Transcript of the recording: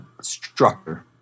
structure